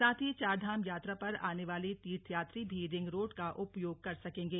साथ ही चारधाम यात्रा पर आने वाले तीर्थ यात्री भी रिंग रोड का उपयोग कर सकेंगे